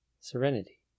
serenity